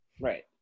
Right